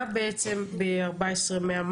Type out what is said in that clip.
מה בעצם ב-14,100?